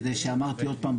כדי שאמרתי עוד פעם,